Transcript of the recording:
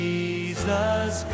Jesus